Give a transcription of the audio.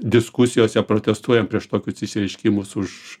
diskusijose protestuojam prieš tokius išsireiškimus už